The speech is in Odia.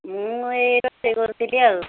ମୁଁ ଏହି ରୋଷେଇ କରୁଥିଲି ଆଉ